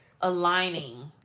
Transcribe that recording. aligning